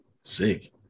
sick